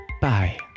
Bye